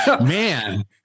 man